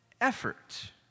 effort